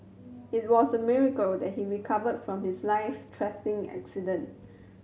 it was a miracle that he recovered from his life threatening accident